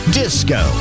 disco